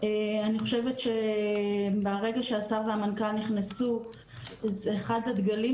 אני חושבת שמהרגע שהשר והמנכ"ל נכנסו אחד הדגלים